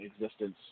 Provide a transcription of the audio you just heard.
existence